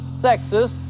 sexist